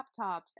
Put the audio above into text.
laptops